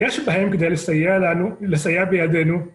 יש בהם כדי לסייע לנו, לסייע בידינו.